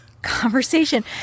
Conversation